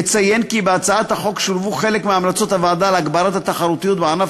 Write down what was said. אציין כי בהצעת החוק שולבו חלק מהמלצות הוועדה להגברת התחרותיות בענף